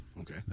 Okay